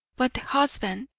but the husband